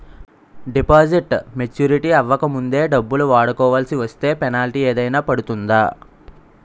Deposit maturity అవ్వక ముందే డబ్బులు వాడుకొవాల్సి వస్తే పెనాల్టీ ఏదైనా పడుతుందా?